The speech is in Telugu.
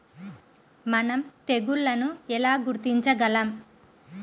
మనం తెగుళ్లను ఎలా గుర్తించగలం?